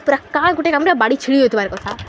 ପୁରା କାଁ ଗୋଟେ କାମରେ ବାଡ଼ି ଛିଡ଼ି ଯାଉଥିବାର୍ କଥା